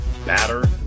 Batter